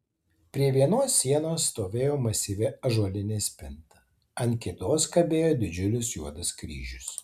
prie vienos sienos stovėjo masyvi ąžuolinė spinta ant kitos kabėjo didžiulis juodas kryžius